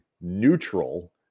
neutral